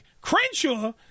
Crenshaw